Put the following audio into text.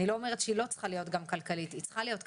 אני לא אומרת שהיא לא צריכה להיות גם כלכלית - היא צריכה להיות כלכלית.